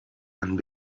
and